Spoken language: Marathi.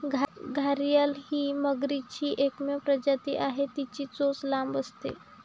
घारीअल ही मगरीची एकमेव प्रजाती आहे, तिची चोच लांब असते